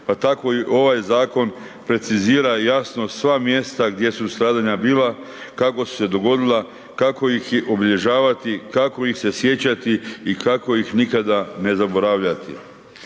pa tako i ovaj zakon precizira jasno sva mjesta gdje su stradanja bila, kako su se dogodila, kako ih obilježavati, kako ih se sjećati i kako ih nikada ne zaboravljati.